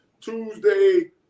Tuesday